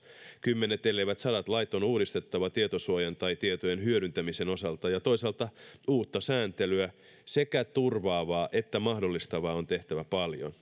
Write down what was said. kymmenet elleivät sadat lait on uudistettava tietosuojan tai tietojen hyödyntämisen osalta ja toisaalta uutta sääntelyä sekä turvaavaa että mahdollistavaa on tehtävä paljon